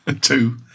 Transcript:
Two